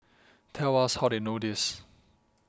tell us how they know this